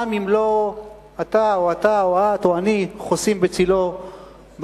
גם אם לא אתה או את או אני חוסים בצלו ביום-יום,